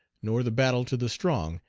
nor the battle to the strong,